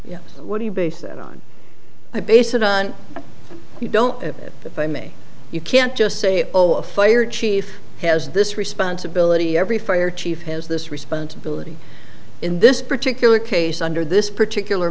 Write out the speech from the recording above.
is what do you base that on i base it on you don't know if i may you can't just say oh a fire chief has this responsibility every fire chief has this responsibility in this particular case under this particular